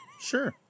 Sure